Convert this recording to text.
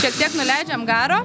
šiek tiek nuleidžiam garo